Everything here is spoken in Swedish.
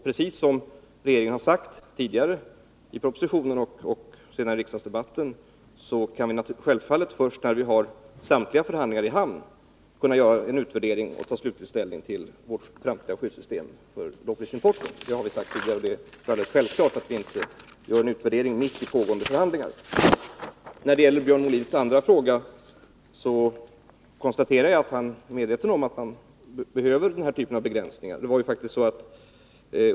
Precis som regeringen har sagt tidigare i propositionen och i riksdagsdebatten kan vi självfallet först när vi har samtliga förhandlingar i hamn göra en utvärdering och ta slutlig ställning till vårt framtida skyddssystem för lågprisimport. Det har vi sagt tidigare, och det är självklart att vi inte gör en utvärdering mitt under pågående förhandlingar. När det gäller Björn Molins andra fråga konstaterar jag att han är medveten om att man behöver den här typen av begränsningar.